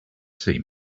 see